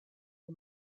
the